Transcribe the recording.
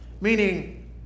meaning